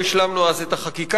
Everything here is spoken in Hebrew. לא השלמנו אז את החקיקה.